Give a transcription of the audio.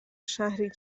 شهری